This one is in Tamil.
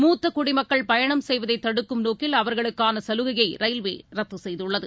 மூத்த குடிமக்கள் பயணம் செய்வதை தடுக்கும் நோக்கில் அவர்களுக்கான சலுகையை ரயில்வே ரத்து செய் துள்ளது